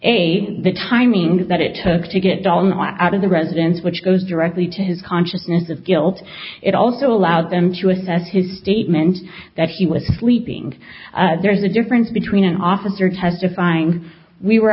a the timing that it took to get all my out of the residence which goes directly to his consciousness of guilt it also allowed them to assess his statement that he was sleeping there's a difference between an officer testifying we were